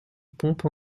pompe